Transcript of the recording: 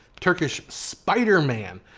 turkish spiderman,